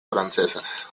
francesas